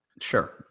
Sure